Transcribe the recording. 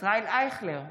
ישראל אייכלר,